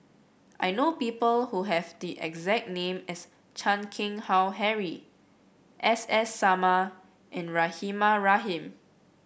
I know people who have the exact name as Chan Keng Howe Harry S S Sarma and Rahimah Rahim